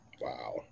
Wow